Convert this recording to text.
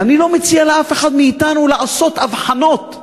ואני לא מציע לאף אחד מאתנו לעשות הבחנות,